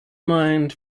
mind